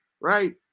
right